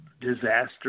disaster